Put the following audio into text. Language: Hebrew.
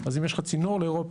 אז אם יש לך צינור לאירופה,